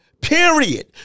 Period